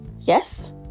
Yes